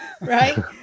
right